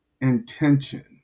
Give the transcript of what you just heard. intention